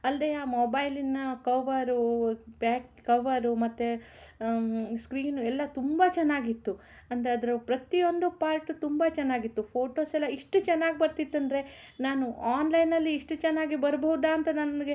ಅಲ್ಲದೇ ಆ ಮೊಬೈಲಿನ ಕವರು ಬ್ಯಾಕ್ ಕವರು ಮತ್ತು ಸ್ಕ್ರೀನು ಎಲ್ಲ ತುಂಬ ಚೆನ್ನಾಗಿತ್ತು ಅಂದರೆ ಅದರ ಪ್ರತಿಯೊಂದು ಪಾರ್ಟು ತುಂಬ ಚೆನ್ನಾಗಿತ್ತು ಫೋಟೋಸೆಲ್ಲ ಇಷ್ಟು ಚೆನ್ನಾಗ್ ಬರ್ತಿತ್ತಂದರೆ ನಾನು ಆನ್ಲೈನಲ್ಲಿ ಇಷ್ಟು ಚೆನ್ನಾಗಿ ಬರಬಹುದಾ ಅಂತ ನನಗೆ